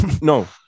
no